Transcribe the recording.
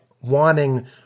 wanting